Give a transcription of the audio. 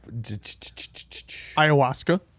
ayahuasca